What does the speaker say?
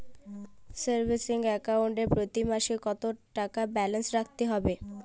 Savings account এ প্রতি মাসে কতো টাকা ব্যালান্স রাখতে হবে?